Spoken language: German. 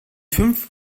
fünf